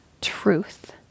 truth